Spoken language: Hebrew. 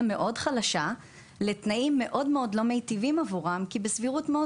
מאוד חלשה לתנאים מאוד מאוד לא מיטיבים עבורה כי בסבירות מאוד